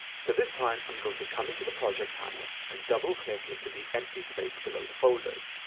so this time i'm going to come into the project panel and double click into the empty space below the folders,